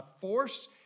force